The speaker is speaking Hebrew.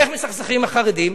איך מסכסכים עם החרדים?